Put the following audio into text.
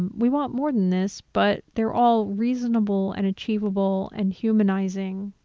we want more than this, but they're all reasonable and achievable and humanizing,